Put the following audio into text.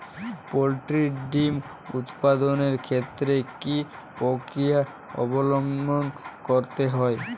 Poultry ডিম উৎপাদনের ক্ষেত্রে কি পক্রিয়া অবলম্বন করতে হয়?